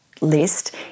list